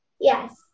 Yes